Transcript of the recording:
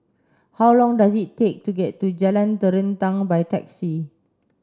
how long does it take to get to Jalan Terentang by taxi